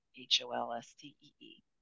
H-O-L-S-T-E-E